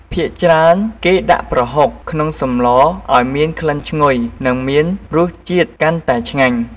ភាគច្រើនគេដាក់ប្រហុកក្នុងសម្លឱ្យមានក្លិនឈ្ងុយនិងមានរសជាតិកាន់តែឆ្ងាញ់។